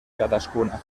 cadascuna